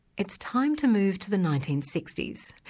it's time to move to the nineteen sixty s,